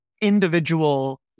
individual